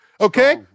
Okay